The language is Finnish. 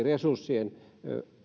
resurssien